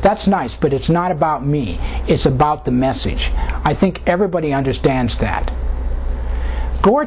that's nice but it's not about me it's about the message i think everybody understands that gore